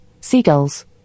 seagulls